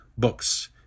books